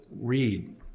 read